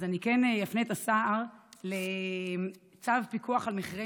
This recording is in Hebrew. אז אני אפנה את השר לצו פיקוח על מחירי